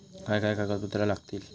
काय काय कागदपत्रा लागतील?